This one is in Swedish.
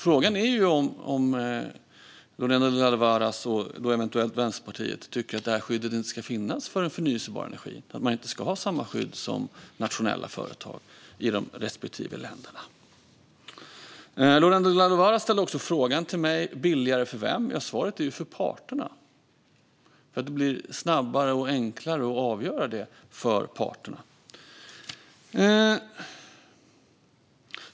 Frågan är om Lorena Delgado Varas, och eventuellt Vänsterpartiet, tycker att det här skyddet inte ska finnas för den förnybara energin och att man inte ska ha samma skydd som nationella företag i de respektive länderna. Lorena Delgado Varas ställde också frågan till mig: Billigare för vem? Svaret är att det blir billigare för parterna. Det blir snabbare och enklare att avgöra det här för parterna.